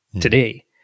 today